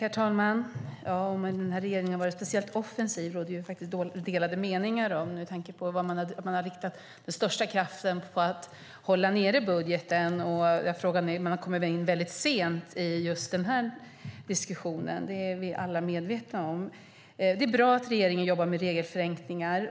Herr talman! Om regeringen har varit speciellt offensiv råder det delade meningar om, med tanke på att man har riktat den största kraften på att hålla nere budgeten, och att man har kommit in väldigt sent i den här diskussionen är vi alla medvetna om. Det är bra att regeringen jobbar med regelförenklingar.